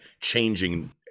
changing